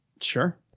Sure